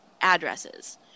addresses